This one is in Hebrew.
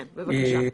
כן, בבקשה.